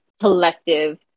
collective